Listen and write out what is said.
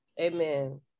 amen